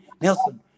Nelson